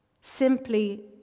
simply